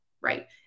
right